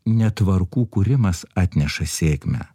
ne tvarkų kūrimas atneša sėkmę